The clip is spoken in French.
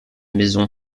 maison